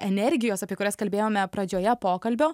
energijos apie kurias kalbėjome pradžioje pokalbio